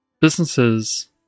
businesses